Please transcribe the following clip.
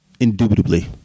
Indubitably